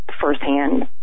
firsthand